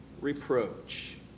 reproach